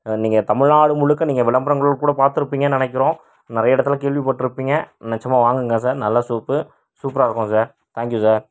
நீங்கள் தமிழ்நாடு முழுக்க நீங்கள் விளம்பரங்கள் கூட பார்த்து இருப்பிங்கனு நினைக்கிறோம் நிறைய இடத்துல கேள்விப்பட்ருப்பீங்க நிச்சயமா வாங்குங்க சார் நல்ல சோப்பு சூப்பரா இருக்கும் சார் தேங்க்யூ சார்